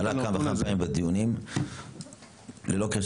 זה עלה כאן כמה פעמים בדיונים ללא קשר